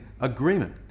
agreement